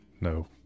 no